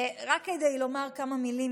רק כדי לומר כמה מילים,